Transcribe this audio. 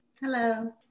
Hello